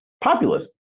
populism